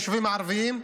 ביישובים הערביים,